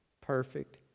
perfect